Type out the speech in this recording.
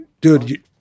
dude